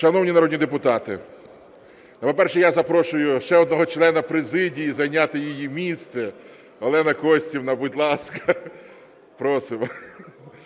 Шановні народні депутати, по-перше, я запрошую ще одного члена президії зайняти її місце. Олена Костівна, будь ласка, просимо.